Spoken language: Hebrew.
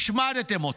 השמדתם אותה.